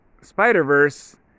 Spider-Verse